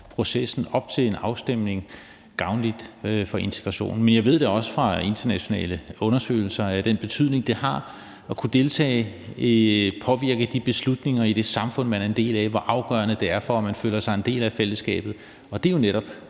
processen op til en afstemning i sig selv gavnlig for integrationen. Men jeg ved det også fra internationale undersøgelser af den betydning, det har. At kunne deltage og påvirke de beslutninger i det samfund, man er en del af, er afgørende for, at man føler sig som en del af fællesskabet, og det er jo netop